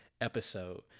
episode